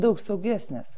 daug saugesnės